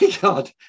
god